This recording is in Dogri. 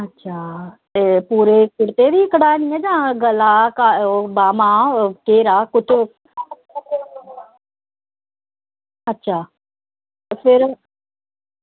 अच्छा ते पूरे कुर्ते दी कढ़ानी ऐ जां गला बाहमां घेरा कुत्थें अच्छा सवेरैं